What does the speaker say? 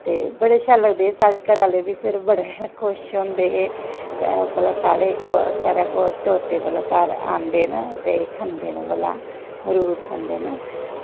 ते बड़े शैल लगदे साढ़े घरे आह्ले बी बड़े खुश होंदे हे भला साढ़े घरै कोल तोते बड़े सारे आंदे न ते खंदे न भला मरूद खंदे न